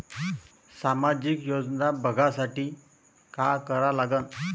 सामाजिक योजना बघासाठी का करा लागन?